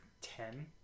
ten